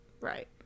Right